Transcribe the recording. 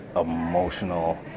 emotional